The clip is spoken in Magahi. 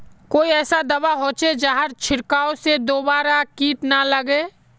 कोई ऐसा दवा होचे जहार छीरकाओ से दोबारा किट ना लगे?